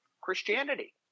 Christianity